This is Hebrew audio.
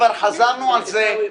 כבר חזרנו על זה --- עיסאווי,